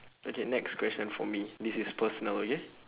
okay next question for me this is personal okay